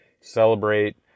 celebrate